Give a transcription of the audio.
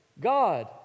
God